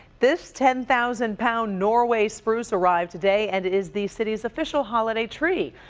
this ten thousand pound norway spruce arrived today and is the city's official holiday tree.